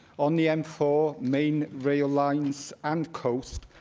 on the m four, main rail lines and coast,